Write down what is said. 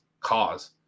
cause